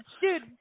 dude